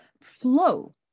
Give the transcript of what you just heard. flow